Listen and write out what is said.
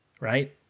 Right